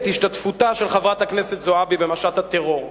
את השתתפותה של חברת הכנסת זועבי במשט הטרור.